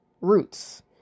roots